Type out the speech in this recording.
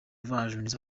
versions